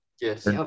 Yes